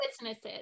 businesses